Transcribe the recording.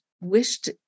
wished